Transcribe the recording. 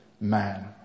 man